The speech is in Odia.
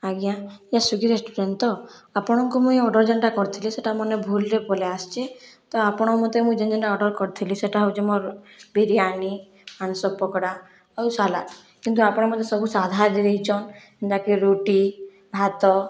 ଆଜ୍ଞା ଇଏ ସ୍ଵିଗି ରେଷ୍ଟୁରାଣ୍ଟ ତ ଆପଣଙ୍କୁ ମୁଇଁ ଏହି ଅର୍ଡ଼ର ଯେନ୍ଟା କରିଥିଲି ସେହିଟା ମନେ ଭୁଲରେ ପଲାଇଆସଛେ ତ ଆପଣ ମୋତେ ମୁଇଁ ଯେନ ଯେନ୍ଟା ଅର୍ଡ଼ର କରିଥିଲି ସେହିଟା ହେଉଛେ ମୋର୍ ବିରିୟାନୀ ଆଇଁଷ ପକୋଡ଼ା ଆଉ ସାଲାଡ଼ କିନ୍ତୁ ଆପଣ ମୋତେ ସବୁ ସାଧାରେ ଦେଇଛନ୍ ଯେନ୍ତାକି ରୁଟି ଭାତ